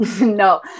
No